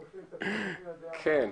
חוץ מכביש גישה אחד,